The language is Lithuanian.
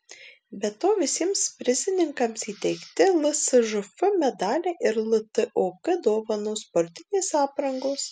be to visiems prizininkams įteikti lsžf medaliai ir ltok dovanos sportinės aprangos